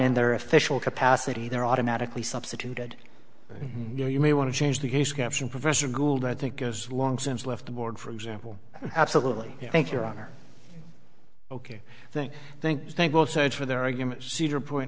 in their official capacity there automatically substituted you may want to change the case caption professor gould i think as long since left the board for example absolutely i think your honor ok think think think both sides for their argument cedar point